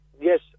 yes